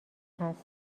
هست